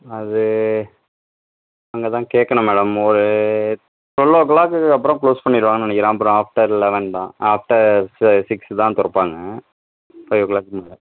அது அங்கே தான் கேட்கணும் மேடம் ஒரு டுவெல் ஓ கிளாக்குக்கு அப்புறம் க்ளோஸ் பண்ணிவிடுவாங்கன்னு நினைக்கிறேன் அப்புறம் ஆஃப்டர் லெவன் தான் ஆஃப்டர் ச சிக்ஸு தான் திறப்பாங்க ஃபைவ் ஓ க்ளாக்குக்கு மேலே